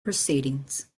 proceedings